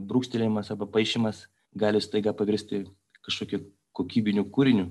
brūkštelėjimas arba paišymas gali staiga pavirsti kažkokiu kokybiniu kūriniu